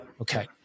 Okay